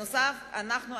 נוסף על כך,